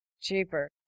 cheaper